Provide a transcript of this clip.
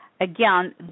Again